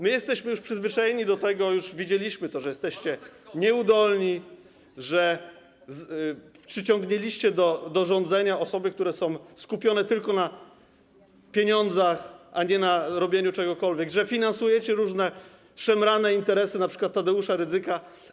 My jesteśmy już do tego przyzwyczajeni, widzieliśmy, że jesteście nieudolni, że przyciągnęliście do rządzenia osoby, które są skupione tylko na pieniądzach, a nie na robieniu czegokolwiek, że finansujecie różne szemrane interesy, np. Tadeusza Rydzyka.